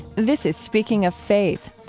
this is speaking of faith.